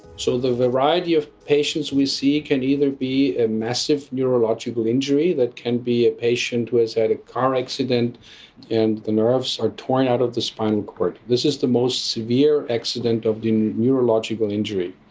so the variety of patients we see can either be a massive neurological injury, that can be a patient who has had a car accident and the nerves are torn out of the spinal cord. this is the most severe accident of the neurological injury.